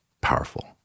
powerful